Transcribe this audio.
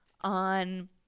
on